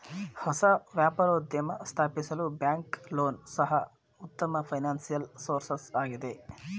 ಹೊಸ ವ್ಯಾಪಾರೋದ್ಯಮ ಸ್ಥಾಪಿಸಲು ಬ್ಯಾಂಕ್ ಲೋನ್ ಸಹ ಉತ್ತಮ ಫೈನಾನ್ಸಿಯಲ್ ಸೋರ್ಸಸ್ ಆಗಿದೆ